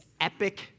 epic